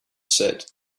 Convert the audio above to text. said